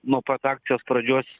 nuo pat akcijos pradžios